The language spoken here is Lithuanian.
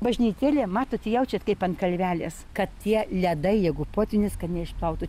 bažnytėlė matot jaučiat kaip ant kalvelės kad tie ledai jeigu potvynis kad neišplautų